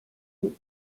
one